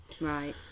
Right